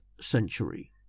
century